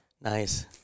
Nice